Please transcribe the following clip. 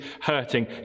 hurting